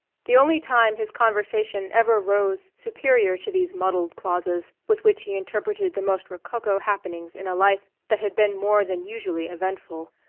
the only time his conversation ever rose superior to these muddled clauses, with which he interpreted the most rococo happenings in a life that had been more than usually eventful,